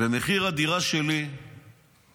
במחיר הדירה שלי גולמו